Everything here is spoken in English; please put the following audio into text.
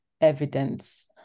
evidence